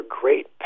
great